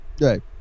Right